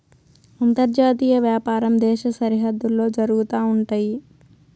అంతర్జాతీయ వ్యాపారం దేశ సరిహద్దుల్లో జరుగుతా ఉంటయి